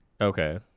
Okay